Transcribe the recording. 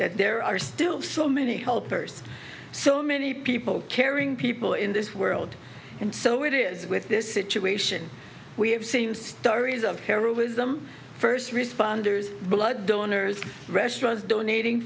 that there are still so many helpers so many people caring people in this world and so it is with this situation we have seen stories of heroism first responders blood donors restaurants donating